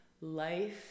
life